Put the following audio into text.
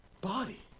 body